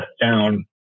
down